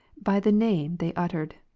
by the name they uttered.